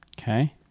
Okay